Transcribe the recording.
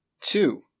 two